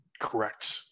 correct